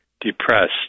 depressed